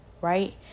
right